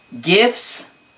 Gifts